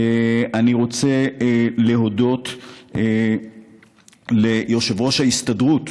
אני רוצה להודות ליושב-ראש ההסתדרות,